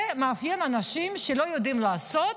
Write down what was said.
זה מאפיין אנשים שלא יודעים לעשות,